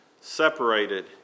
separated